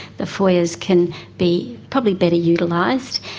the foyers can be probably better utilised.